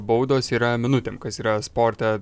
baudos yra minutėm kas yra sporte